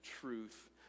truth